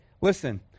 listen